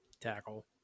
tackle